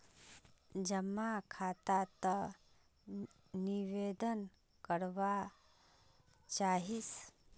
जमा खाता त निवेदन करवा चाहीस?